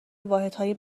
واحدهای